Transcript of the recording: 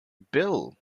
bill